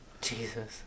Jesus